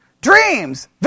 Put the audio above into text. dreams